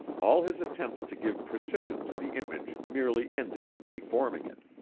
all his attempts to give precision to the image merely ended in deforming it.